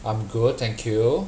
I'm good thank you